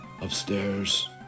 upstairs